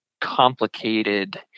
complicated